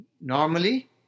Normally